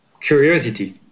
curiosity